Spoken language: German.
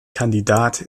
kandidat